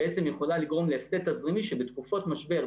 בעצם יכולה לגרום להפסד תזרימי שבתקופות משבר,